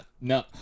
No